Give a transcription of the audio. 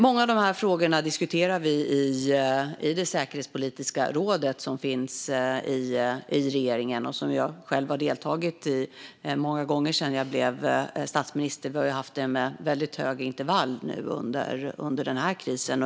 Många av dessa frågor diskuterar vi i det säkerhetspolitiska rådet, som finns i regeringen och som jag själv har deltagit i många gånger sedan jag blev statsminister. Vi har mötts med väldigt korta intervall under denna kris.